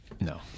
no